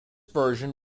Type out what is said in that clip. version